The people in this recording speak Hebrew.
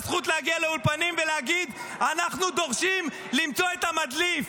הזכות להגיע לאולפנים ולהגיד: אנחנו דורשים למצוא את המדליף,